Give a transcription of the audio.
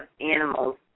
animals